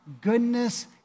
goodness